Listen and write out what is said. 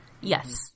Yes